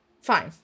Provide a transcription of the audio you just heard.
fine